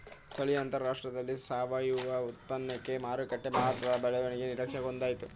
ಸ್ಥಳೀಯ ಅಂತಾರಾಷ್ಟ್ರದಲ್ಲಿ ಸಾವಯವ ಉತ್ಪನ್ನಕ್ಕೆ ಮಾರುಕಟ್ಟೆ ಮಹತ್ತರ ಬೆಳವಣಿಗೆ ನಿರೀಕ್ಷೆ ಹೊಂದಯ್ತೆ